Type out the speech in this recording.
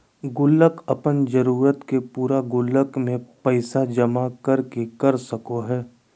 गुल्लक अपन जरूरत के पूरा गुल्लक में पैसा जमा कर के कर सको हइ